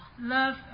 love